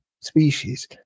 species